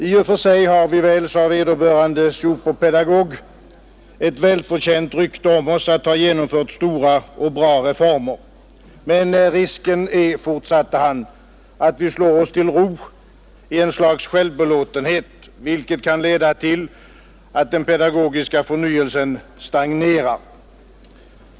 I och för sig har vi väl, sade vederbörande superpedagog, ett välförtjänt rykte om oss att ha genomfört stora och bra reformer, men risken är, fortsatte han, att vi slår oss till ro i ett slags självbelåtenhet, vilket kan leda till att den pedagogiska förnyelsen stagnerar.